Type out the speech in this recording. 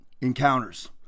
encounters